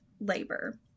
labor